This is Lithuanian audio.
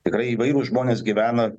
tikrai įvairūs žmonės gyvena